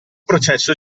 processo